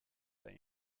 they